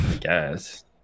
guess